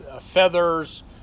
feathers